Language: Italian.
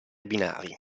binari